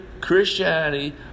Christianity